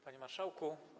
Panie Marszałku!